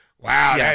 Wow